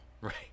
Right